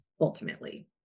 ultimately